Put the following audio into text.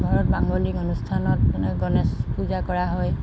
ঘৰত মাঙ্গলিক অনুষ্ঠানত মানে গণেশ পূজা কৰা হয়